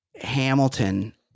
Hamilton